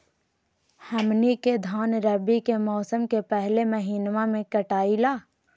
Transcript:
हमनी के धान रवि के मौसम के पहले महिनवा में कटाई ला